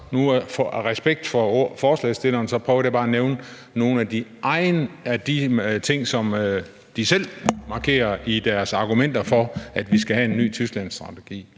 Af respekt for forslagsstillerne prøvede jeg bare at nævne nogle af de ting, som de selv markerer i deres argumenter for, at vi skal have en ny Tysklandsstrategi.